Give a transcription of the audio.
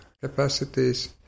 capacities